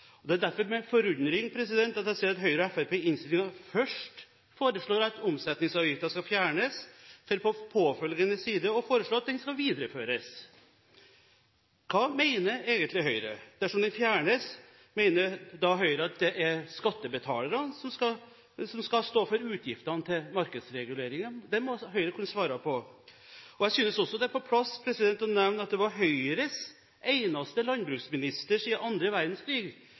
Det er derfor med forundring jeg ser at Høyre og Fremskrittspartiet i innstillingen først foreslår at omsetningsavgiften skal fjernes, for så, på påfølgende side, å foreslå at den skal videreføres. Hva mener egentlig Høyre? Dersom den fjernes, mener Høyre da at det er skattebetalerne som skal stå for utgiftene til markedsreguleringen? Det må Høyre kunne svare på. Jeg synes også det er på sin plass å nevne at det var Høyres eneste landbruksminister